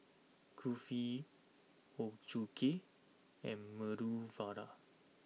Kulfi Ochazuke and Medu Vada